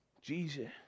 Jesus